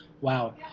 Wow